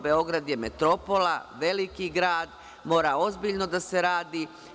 Beograd je metropola, veliki grad, mora ozbiljno da se radi.